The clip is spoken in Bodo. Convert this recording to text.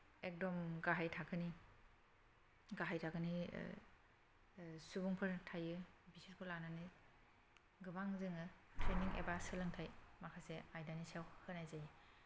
एखदम गाहाय थाखोनि गाहाय थाखोनि सुबुंफोर थायो बिसोरखौ लानानै गोबां जोङो ट्रेनिं एबा सोलोंथाय माखासे आयदानि सायाव होनाय जायो